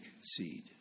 seed